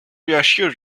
reassure